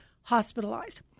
hospitalized